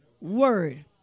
word